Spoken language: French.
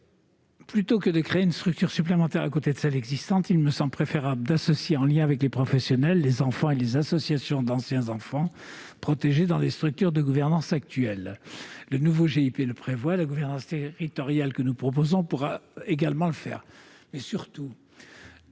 Plutôt que de créer une structure supplémentaire à côté de celles qui existent déjà, il me semble préférable d'associer, en lien avec les professionnels, les enfants et les associations d'anciens enfants protégés dans les structures de gouvernance actuelles : le nouveau GIP le prévoit et la gouvernance territoriale que nous proposons pourra également le faire.